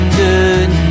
good